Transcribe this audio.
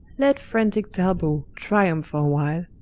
let frantike talbot triumph for a while,